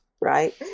right